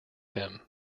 him